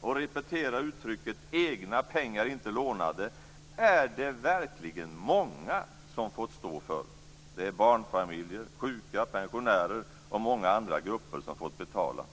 och repetera uttrycket egna pengar, inte lånade är det många som fått stå för. Det är barnfamiljer, sjuka pensionärer och många andra grupper som fått betala.